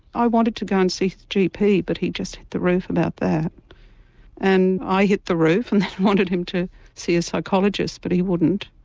i wanted to go and see the gp but he just hit the roof about that and i hit the roof and wanted him to see a psychologist but he wouldn't.